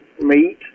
meat